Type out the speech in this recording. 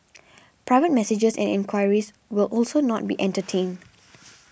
private messages and enquiries will also not be entertained